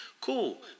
cool